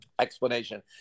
Explanation